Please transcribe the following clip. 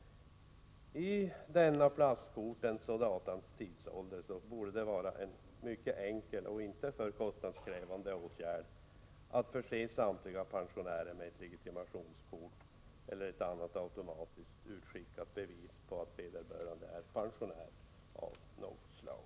I denna plastkortens och datans tidsålder borde det vara en mycket enkel och inte alltför kostnadskrävande åtgärd att förse samtliga pensionärer med ett legitimationskort eller annat automatiskt utskickat bevis på att vederbörande är pensionär av något slag.